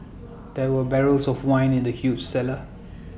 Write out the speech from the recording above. there were barrels of wine in the huge cellar